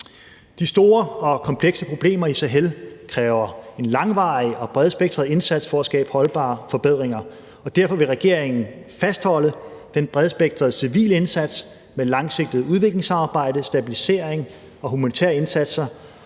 De store og komplekse problemer i Sahel kræver en langvarig og bredspektret indsats for at skabe holdbare forbedringer, og derfor vil regeringen fastholde den bredspektrede civile indsats med et langsigtet udviklingssamarbejde, stabiliseringsindsatser og humanitære indsatser,